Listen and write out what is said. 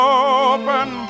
open